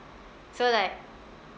so like